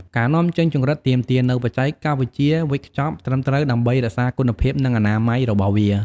ការនាំចេញចង្រិតទាមទារនូវបច្ចេកវិទ្យាវេចខ្ចប់ត្រឹមត្រូវ ដើម្បីរក្សាគុណភាព និងអនាម័យរបស់វា។